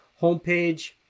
homepage